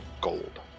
gold